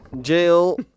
Jail